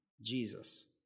Jesus